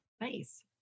Nice